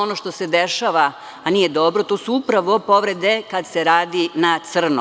Ono što se dešava, a nije dobro, to su upravo povrede kad se radi na crno.